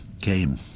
came